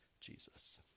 Jesus